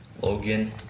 Logan